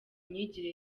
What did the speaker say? myigire